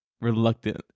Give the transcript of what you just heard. reluctant